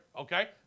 Okay